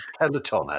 Peloton